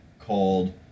called